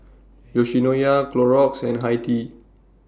Yoshinoya Clorox and Hi Tea